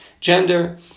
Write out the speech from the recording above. gender